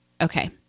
okay